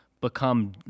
become